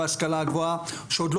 ויש מספיק פרמטרים בינלאומיים,